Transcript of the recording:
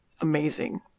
amazing